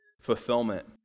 fulfillment